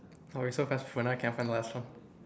oh we so fast but now can't find the last one